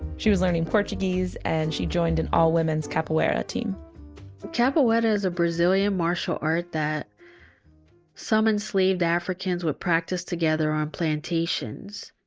she was learning portuguese and she joined an all women's capoeira team capoeira is a brazilian martial art that some enslaved africans would practice together on plantations.